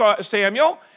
Samuel